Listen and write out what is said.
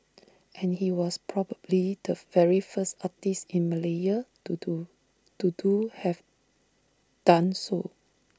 and he was probably the very first artist in Malaya to do to do have done so